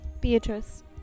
Beatrice